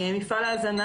מפעל ההזנה,